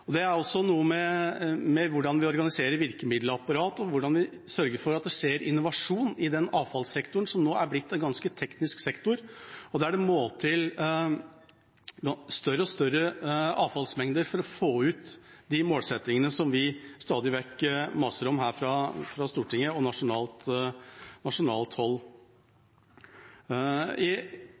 realisert. Det har også noe å gjøre med hvordan vi organiserer virkemiddelapparatet, og hvordan vi sørger for at det skjer innovasjon i avfallssektoren, som nå er blitt en ganske teknisk sektor, og der det må større og større avfallsmengder til for å få ut de målsettingene som vi stadig vekk maser om her fra Stortinget og fra nasjonalt hold for øvrig. I